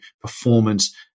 performance